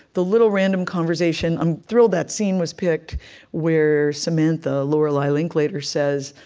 the little, random conversation i'm thrilled that scene was picked where samantha, lorelei linklater, says,